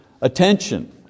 attention